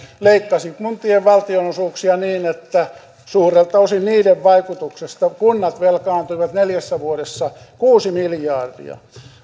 leikkasivat kuntien valtionosuuksia niin että suurelta osin niiden vaikutuksesta kunnat velkaantuivat neljässä vuodessa kuusi miljardia